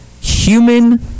Human